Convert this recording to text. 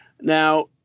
Now